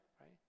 right